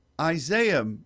Isaiah